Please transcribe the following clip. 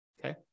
Okay